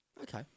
Okay